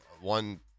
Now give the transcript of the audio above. one